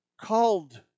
called